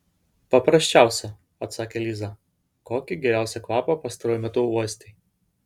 paprasčiausią atsakė liza kokį geriausią kvapą pastaruoju metu uostei